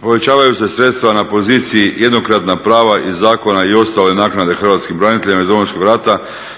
Povećavaju se sredstva na poziciji jednokratna prava iz zakona i ostale naknade hrvatskih branitelja iz Domovinskog rata